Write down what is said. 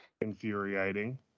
infuriating